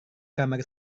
kamar